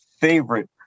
favorite